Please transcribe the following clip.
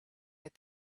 that